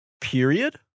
period